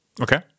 Okay